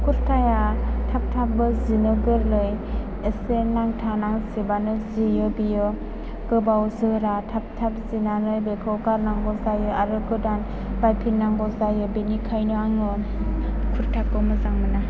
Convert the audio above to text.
कुर्ताया थाब थाबबो जिनो गोरलै एसे नांथा नांसिबानो जियो बियो गोबाव जोरा थाब थाब जिनानै बेखौ गारनांगौ जायो आरो गोदान बायफिन नांगौ जायो बिनिखायनो आङो कुर्ताखौ मोजां मोना